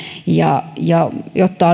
jotta